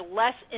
less